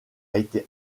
été